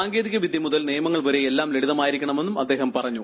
സാങ്കേതികവിദ്യ മുതൽ നിയമങ്ങൾ വരെ എല്ലാം ലളിതമായിരിക്കണമെന്നും അദ്ദേഹം പറഞ്ഞു